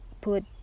put